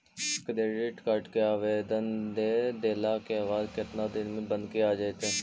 Credit card के आवेदन दे देला के बाद केतना दिन में बनके आ जइतै?